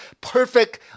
perfect